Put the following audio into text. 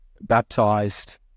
baptized